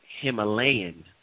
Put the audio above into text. Himalayan